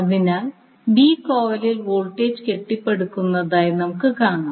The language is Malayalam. അതിനാൽ ബി കോയിലിൽ വോൾട്ടേജ് കെട്ടിപ്പടുക്കുന്നതായി നമുക്ക് കാണാം